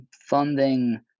funding